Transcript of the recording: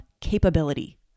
capability